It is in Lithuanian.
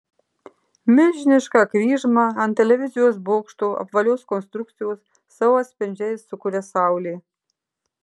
milžinišką kryžmą ant televizijos bokšto apvalios konstrukcijos savo atspindžiais sukuria saulė